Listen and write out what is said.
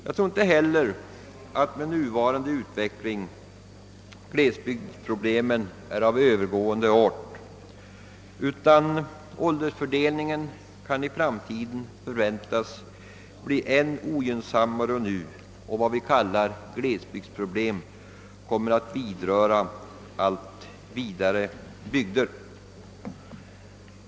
Jag tror inte heller att med nuvarande utveckling glesbygdsproblemen är av övergående art, utan åldersfördelningen kan i framtiden förväntas bli ännu ogynnsammare än nu och det vi kallar glesbygdsproblem komma att beröra allt vidare bygder.